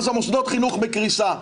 מוסדות החינוך בקריסה.